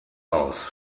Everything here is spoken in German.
aus